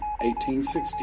1860